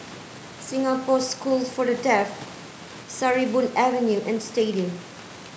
Singapore School for the Deaf Sarimbun Avenue and Stadium